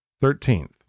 Thirteenth